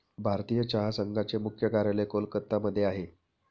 भारतीय चहा संघाचे मुख्य कार्यालय कोलकत्ता मध्ये आहे